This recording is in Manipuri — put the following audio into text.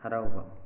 ꯍꯔꯥꯎꯕ